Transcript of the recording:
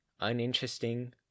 uninteresting